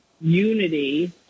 unity